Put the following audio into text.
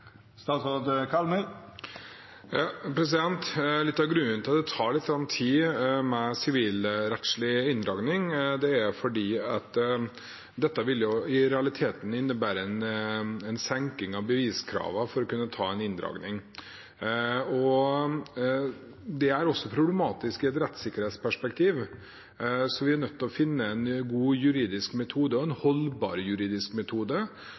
Litt av grunnen til at det tar litt tid med sivilrettslig inndragning er at dette i realiteten vil innebære en senking av beviskravene for å kunne ta en inndragning. Det er også problematisk i et rettssikkerhetsperspektiv. Så vi er nødt til å finne en god og holdbar juridisk metode som gjør at vi kan ha en